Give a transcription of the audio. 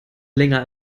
länger